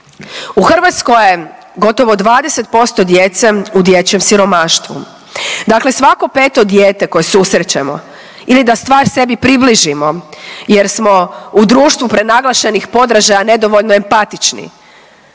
U Hrvatskoj je gotovo 20% djece u dječjem siromaštvu, dakle svako 5. dijete koje susrećemo ili da stvar sebi približimo jer smo u društvu prenaglašenih podražaja nedovoljno empatični,